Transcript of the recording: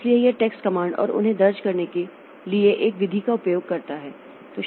इसलिए यह text command और उन्हें दर्ज करने के लिए एक विधि का उपयोग करता है